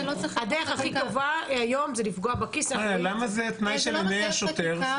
הדרך הכי טובה היום זה לפגוע בכיס --- למה זה תנאי של עיני השוטר,